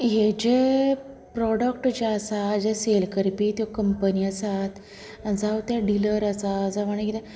हें ज्ये प्रॉडक्ट जें आसात जें सेल करपी त्यो कम्पनी आसात जावं ते डीलर आसात जावं आनी कितें म्हणजे